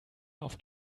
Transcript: auf